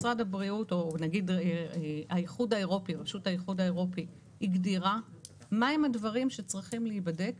משרד הבריאות או רשות האיחוד האירופי הגדירה מהם הדברים שצריכים להיבדק